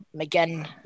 McGinn